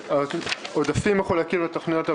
העודפים מחולקים לתוכניות הבאות: